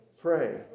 Pray